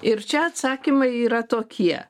ir čia atsakymai yra tokie